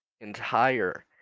entire